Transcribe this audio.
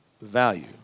value